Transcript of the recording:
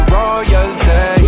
royalty